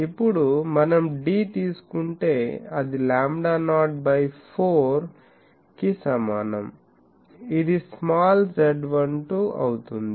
ఇప్పుడు మనం d తీసుకుంటే అది లాంబ్డా నాట్ బై 4 కి సమానం ఇది స్మాల్ Z12 అవుతుంది